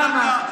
למה?